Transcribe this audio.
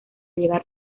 llegar